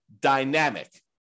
dynamic